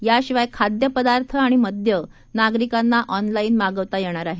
याशिवाय खाद्य पदार्थ आणि मद्य नागरिकांना ऑनलाात्त मागवता येणार आहे